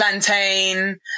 plantain